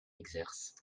exercent